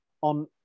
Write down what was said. on